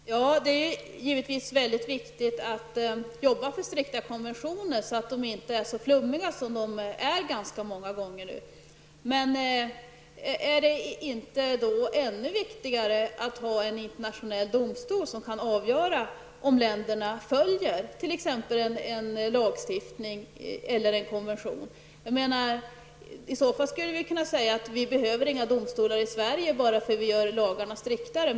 Fru talman! Det är givetvis mycket viktigt att man jobbar för striktare konventioner, så att de inte blir så flummiga som de många gånger är i dag. Men är det då inte ännu viktigare att man har en internationell domstol som kan avgöra om länderna följer t.ex. en lagstiftning eller en konvention? Annars skulle man kunna säga att vi inte behöver några domstolar i Sverige bara därför att vi gör lagarna striktare.